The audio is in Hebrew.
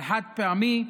על חד-פעמי,